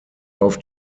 auf